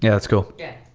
yeah that's cool yeah.